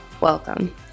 Welcome